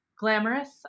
Glamorous